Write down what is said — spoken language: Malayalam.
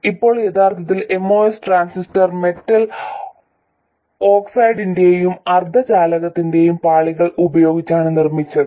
ഇപ്പോൾ യഥാർത്ഥത്തിൽ MOS ട്രാൻസിസ്റ്റർ മെറ്റൽ ഓക്സൈഡിന്റെയും അർദ്ധചാലകത്തിന്റെയും പാളികൾ ഉപയോഗിച്ചാണ് നിർമ്മിച്ചത്